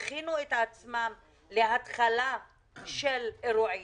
הכינו את עצמם להתחלה של אירועים,